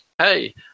hey